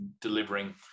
delivering